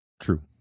True